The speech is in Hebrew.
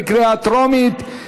בקריאה טרומית.